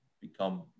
become